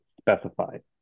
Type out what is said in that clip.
specified